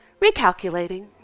recalculating